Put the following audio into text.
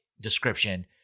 description